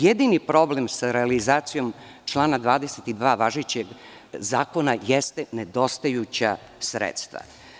Jedini problem sa realizacijom člana 22. važećeg zakona jeste nedostajuća sredstva.